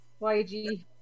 YG